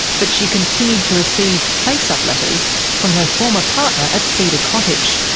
but she continued to receive face-up letters from her former partner at cedar cottage,